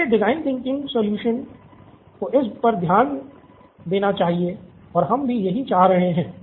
इसलिए design thinking solution को इस पर ध्यान देना चाहिए और हम भी यही चाह रहे हैं